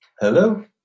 Hello